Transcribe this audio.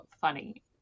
funny